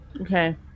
Okay